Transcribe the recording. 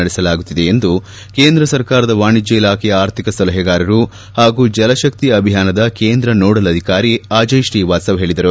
ನಡೆಸಲಾಗುತ್ತಿದೆ ಎಂದು ಕೇಂದ್ರ ಸರ್ಕಾರದ ವಾಣಿಜ್ಞ ಇಲಾಖೆಯ ಆರ್ಥಿಕ ಸಲಹೆಗಾರರು ಹಾಗೂ ಜಲಶಕ್ತಿ ಅಭಿಯಾನದ ಕೇಂದ್ರ ನೋಡಲ್ ಅಧಿಕಾರಿ ಅಜಯ ಶ್ರೀವಾತ್ವವ ಹೇಳಿದರು